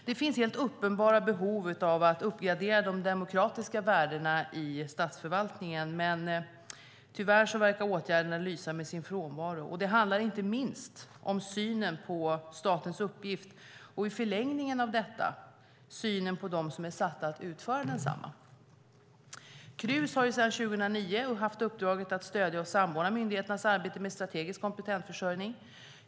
Det finns helt uppenbara behov av att uppgradera de demokratiska värdena i statsförvaltningen, men tyvärr verkar åtgärderna lysa med sin frånvaro. Det handlar inte minst om synen på statens uppgift och i förlängningen av detta synen på dem som är satta att utföra densamma. Krus hade sedan 2009 haft uppdraget att stödja och samordna myndigheternas arbete med strategisk kompetensförsörjning.